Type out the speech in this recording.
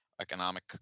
economic